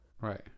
Right